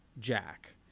Jack